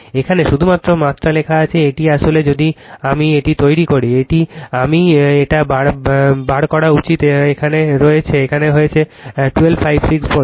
এখানে শুধুমাত্র মাত্রা লেখা হয়েছে এটি আসলে যদি আমি এটি তৈরি করি আমি এটা বার করা উচিত এখানে নেওয়া হয়েছে 1256 ভোল্ট